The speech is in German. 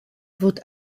wird